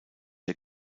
der